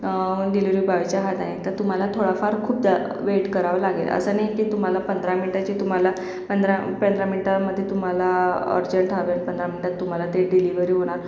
delivery बॉयच्या हाताने तर तुम्हाला थोडा फार खूप जा वेट करावं लागेल असं नाही की तुम्हाला पंधरा मिनिटाचे तुम्हाला पंधरा पंधरा मिनिटामध्ये तुम्हाला अर्जंट हवे आणि पंधरा मिनिटात तुम्हाला ते डिलिव्हरी होणार